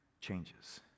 changes